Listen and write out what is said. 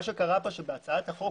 מה שקרה פשוט בהצעת החוק,